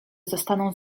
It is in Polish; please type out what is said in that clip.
zostaną